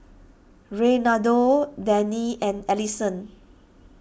Reynaldo Dennie and Alisson